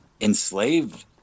enslaved